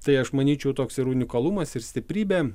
tai aš manyčiau toks ir unikalumas ir stiprybė